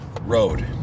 road